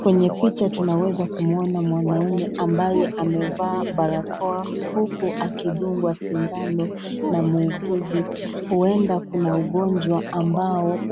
kwenye picha tunaweza kumwona mwanaume ambaye amevaa barakoa huku akidungwa shindano muhuguzi uenda kuna ugonjwa ambao